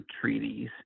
treaties